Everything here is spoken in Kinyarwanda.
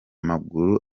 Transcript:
maguru